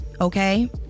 Okay